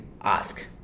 ask